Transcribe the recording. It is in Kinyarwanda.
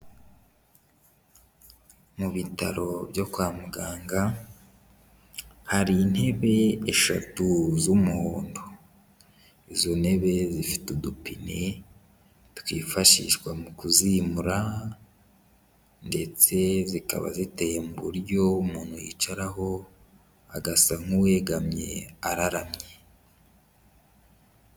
Mu bitaro byo kwa muganga, hari intebe eshatu z'umuhondo, izo ntebe zifite udupine twifashishwa mu kuzimura ndetse zikaba ziteye mu buryo umuntu yicaraho agasa nk'uwegamye araramye.